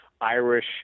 Irish